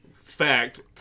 Fact